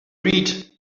read